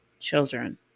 Children